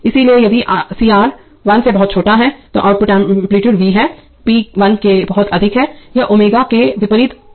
इसलिए यदि C R 1 से बहुत छोटा है तो आउटपुट एम्पलीटूडे V है p 1 से बहुत अधिक है यह ω के विपरीत आनुपातिक है